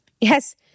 Yes